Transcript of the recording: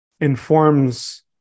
informs